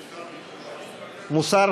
מוּסר?